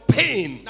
pain